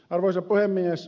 arvoisa puhemies